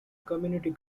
community